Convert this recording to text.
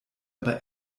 aber